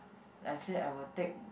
I said I will take